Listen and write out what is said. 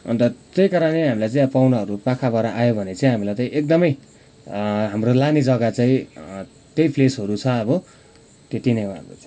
अन्त त्यही कारणले हामीलाई चाहिँ अब पाहुनाहरू पाखाबाट आयो भने चाहिँ हामीलाई चाहिँ एकदमेै हाम्रो लाने जग्गा चाहिँ त्यही प्लेसहरू छ अब त्यति नै हो हाम्रो चाहिँ